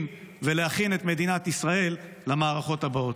ולהכין את מדינת ישראל למערכות הבאות.